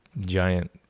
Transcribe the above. giant